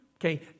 Okay